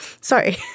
Sorry